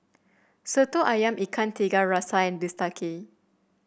soto ayam Ikan Tiga Rasa and bistake